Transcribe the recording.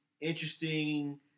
interesting